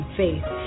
faith